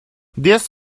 this